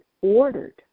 ordered